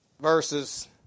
verses